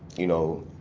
you know,